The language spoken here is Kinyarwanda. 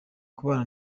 kubana